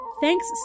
Thanks